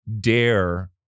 dare